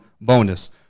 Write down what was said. bonus